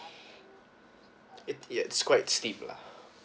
it yes it's quite stiff lah